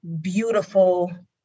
beautiful